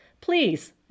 Please